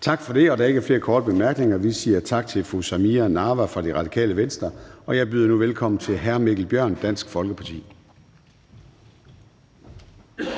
Tak for det, og der er ikke flere korte bemærkninger. Vi siger tak til fru Samira Nawa fra Radikale Venstre, og jeg byder nu velkommen til hr. Mikkel Bjørn, Dansk Folkeparti.